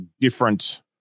different